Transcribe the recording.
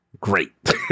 great